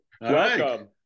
Welcome